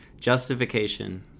justification